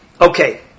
Okay